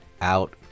out